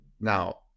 Now